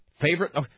Favorite